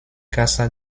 casa